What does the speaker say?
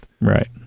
Right